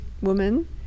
woman